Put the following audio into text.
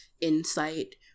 insight